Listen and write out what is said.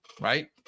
Right